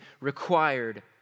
required